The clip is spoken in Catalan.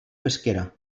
pesquera